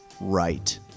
right